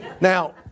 Now